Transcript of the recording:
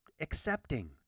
accepting